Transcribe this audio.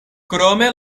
krome